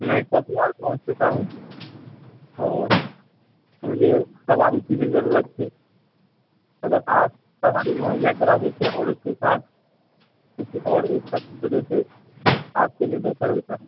میں کٹیہار پہنچ چکا ہوں اور مجھے سواری کی بھی ضرورت تھی اگر آپ سواری مہیا کرا دیتے اور اس کے ساتھ کسی اور ایک شخص کو دیتے آپ کے لیے بہتر ہوتا